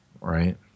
right